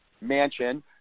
mansion